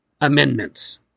amendments